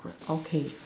okay